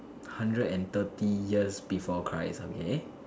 hundred and thirty years before Christ okay